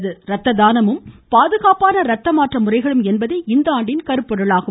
ரத்த தானமும் பாதுகாப்பான ரத்த மாற்ற முறைகளும் என்பதே இந்த ஆண்டின் கருப்பொருளாகும்